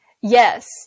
Yes